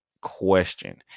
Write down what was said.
question